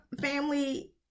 Family